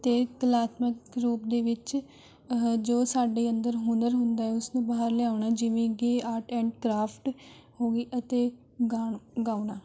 ਅਤੇ ਕਲਾਤਮਿਕ ਰੂਪ ਦੇ ਵਿੱਚ ਜੋ ਸਾਡੇ ਅੰਦਰ ਹੁਨਰ ਹੁੰਦਾ ਹੈ ਉਸ ਨੂੰ ਬਾਹਰ ਲਿਆਉਣਾ ਜਿਵੇਂ ਕਿ ਆਰਟ ਐਂਡ ਕਰਾਫਟ ਹੋ ਗਈ ਅਤੇ ਗਾਣ ਗਾਉਣਾ